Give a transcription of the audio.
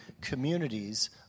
communities